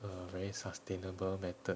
a very sustainable method